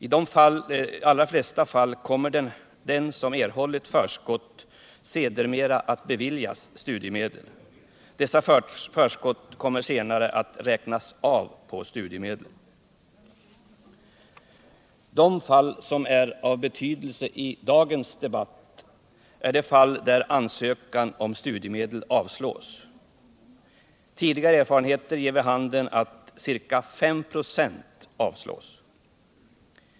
Fredagen den I de allra flesta fall kommer den som erhållit förskott sedermera att beviljas 12 maj 1978 studiemedel. Dessa förskott kommer senare att räknas av på studiemed De fall som är av betydelse i dagens debatt är de där ansökan om studiemedel avslås. Tidigare erfarenheter ger vid handen att ca 5 96 avslås.